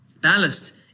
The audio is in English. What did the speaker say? Ballast